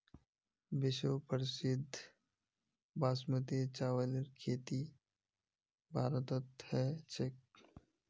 विश्व प्रसिद्ध बासमतीर चावलेर खेती भारतत ह छेक